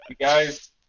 guys